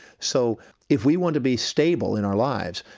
so if we want to be stable in our lives,